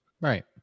Right